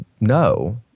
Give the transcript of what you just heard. No